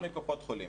וגם קצת מקופות חולים.